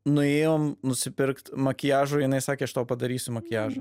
nuėjom nusipirkt makiažo jinai sakė aš tau padarysiu makiažą